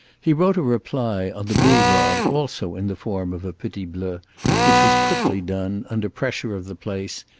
he wrote a reply, on the boulevard, also in the form of a petit bleu which was quickly done, under pressure of the place,